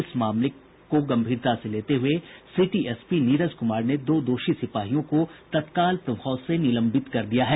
इस मामले को गंभीरता से लेते हुए सिटी एसपी नीरज कुमार ने दो दोषी सिपाहियों को तत्काल प्रभाव से निलंबित कर दिया है